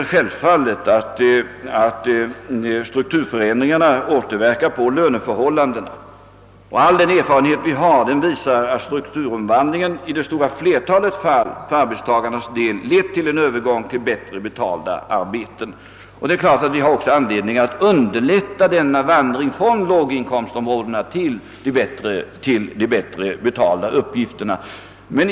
Strukturförändringarna == återverkar självfallet på löneförhållandena. All den erfarenhet vi har visar emellertid att strukturomvandlingen i det stora flertalet fall för arbetstagarnas del lett till en övergång till bättre betalda arbeten. Det är klart att vi också har anledning att underlätta denna vandring från låginkomstområdena till de bättre betalda uppgifterna.